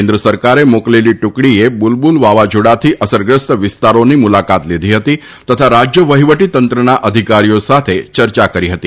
કેન્દ્ર સરકારે મોકલેલી ટુકડીએ બુલબુલ વાવાઝોડાથી અસરગ્રસ્ત વિસ્તારોની મુલાકાત લીધી હતી તથા રાજ્ય વહિવટી તંત્રના અધિકારીઓ સાથે ચર્ચા કરી હતી